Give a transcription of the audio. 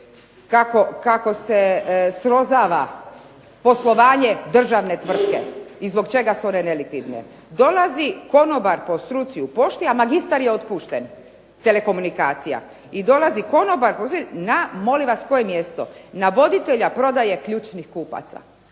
kako se srozava poslovanje državne tvrtke i zbog čega su one nelikvidne? Dolazi konobar po struci u pošti, a magistar je otpušten, telekomunikacija. I dolazi konobar po struci, na molim vas koje mjesto? Na voditelja prodaje ključnih kupaca.